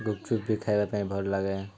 ଗୁପଚୁପ ବି ଖାଇବା ପାଇଁ ଭଲ ଲାଗେ